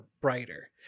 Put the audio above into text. brighter